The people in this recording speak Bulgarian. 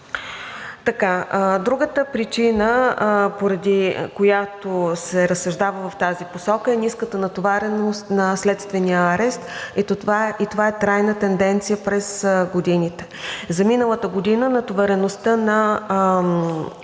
Другата причина, поради която се разсъждава в тази посока, е ниската натовареност на следствения арест и това е трайна тенденция през годините. За миналата година натовареността на